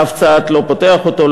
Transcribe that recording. אף צד לא פותח אותו,